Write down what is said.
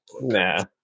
Nah